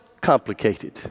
complicated